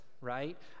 right